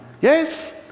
Yes